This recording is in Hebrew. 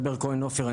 מדבר כהן עופר,